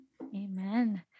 Amen